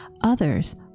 others